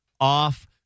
off